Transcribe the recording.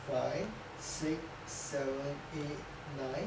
five six seven eight nine